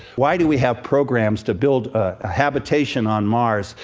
why do we have programs to build ah habitation on mars,